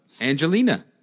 Angelina